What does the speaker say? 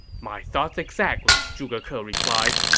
my thoughts exactly, zhuge ke replied.